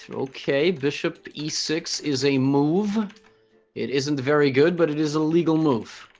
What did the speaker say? so okay bishop e six is a move it isn't very good but it is a legal move